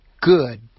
good